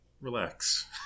relax